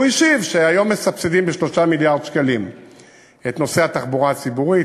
הוא השיב שהיום מסבסדים ב-3 מיליארד שקלים את נושא התחבורה הציבורית.